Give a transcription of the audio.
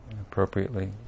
appropriately